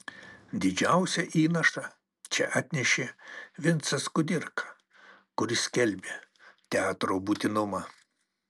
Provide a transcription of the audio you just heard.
didžiausią įnašą čia atnešė vincas kudirka kuris skelbė teatro būtinumą